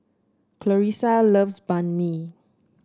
Clarisa loves Banh Mi